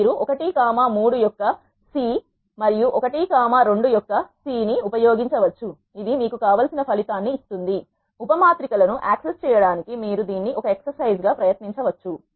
మీరు 1 కామ 3 యొక్క c మరియు 1 కామా 2 యొక్క c ఉపయోగించవచ్చు ఇది మీకు కావలసిన ఫలితాన్ని ఇస్తుంది ఉప మాత్రిక ల ను యాక్సెస్ చేయడానికి మీరు దీన్ని ఒక ఎక్ససైజ్ గా ప్రయత్నించవచ్చు